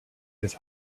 his